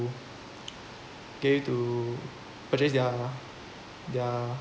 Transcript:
to get you to purchase their their